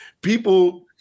people